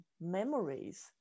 memories